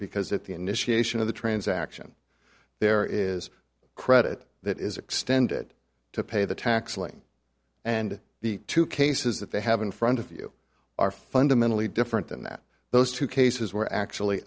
because at the initiation of the transaction there is credit that is extended to pay the tax lien and the two cases that they have in front of you are fundamentally different than that those two cases were actually